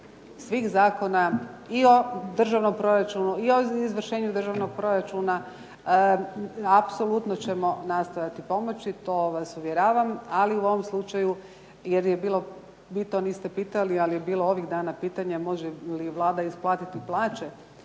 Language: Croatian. svih zakona i o državnom proračunu i o izvršenju državnog proračuna apsolutno ćemo nastojati pomoći to vas uvjeravam, ali u ovom slučaju jer je bilo, vi to niste pitali ali je bilo ovih dana pitanja može li Vlada isplatiti plaće